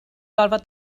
gorfod